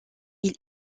ils